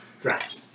Draft